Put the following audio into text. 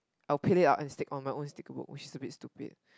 I will peel it out and stick on my own sticker book stupid stupid